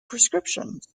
prescriptions